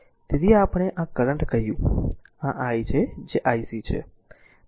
તેથી આપણે આ કરંટ કહ્યું આ i છે જે ic છે